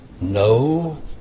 no